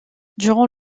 durant